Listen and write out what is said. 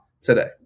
today